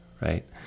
right